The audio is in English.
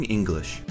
English